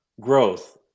growth